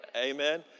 Amen